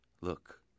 Look